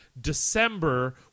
December